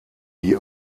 die